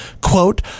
quote